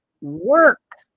work